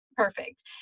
Perfect